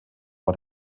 war